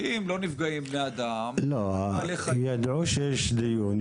כי אם לא נפגעים בני אדם --- ידעו שיש דיון,